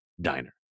diner